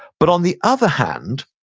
but on the other hand,